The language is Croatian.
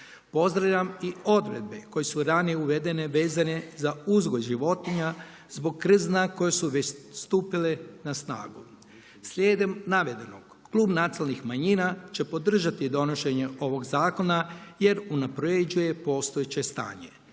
Pozdravljam i odredbe koje su ranije uvedene vezane za uzgoj životinja zbog krzna koje su već stupile na snagu. Slijedom navedenog klub Nacionalnih manjina će podržati donošenje ovog zakona jer unapređuje postojeće stanje.